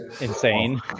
insane